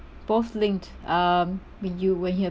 both linked um when you were here